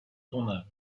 ton